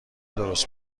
درست